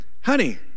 honey